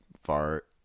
fart